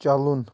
چلُن